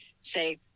Say